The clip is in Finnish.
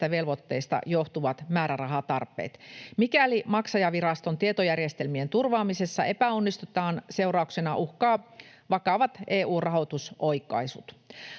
velvoitteista johtuvat määrärahatarpeet. Mikäli maksajaviraston tietojärjestelmien turvaamisessa epäonnistutaan, seurauksena uhkaavat vakavat EU:n rahoitusoikaisut.